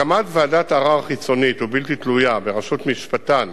הקמת ועדת ערר חיצונית או בלתי תלויה בראשות משפטן